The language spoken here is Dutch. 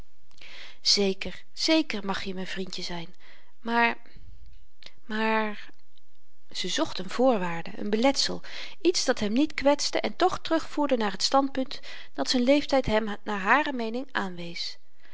zeker zéker mag je m'n vrindje zyn maar maar ze zocht n voorwaarde n beletsel iets dat hem niet kwetste en toch terugvoerde naar t standpunt dat z'n leeftyd hem naar hare meening